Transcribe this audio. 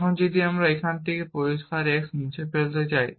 এখন যদি আমি এখান থেকে এই পরিষ্কার x মুছে ফেলতে চাই